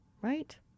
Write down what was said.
right